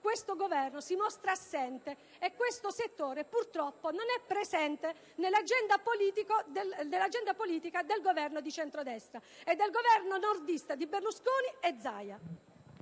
questo Governo si mostra assente e questo settore purtroppo non è presente nell'agenda politica del Governo di centrodestra e del Governo nordista di Berlusconi e Zaia.